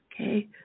Okay